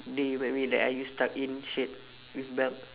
day you met me that I use tuck in shirt with belt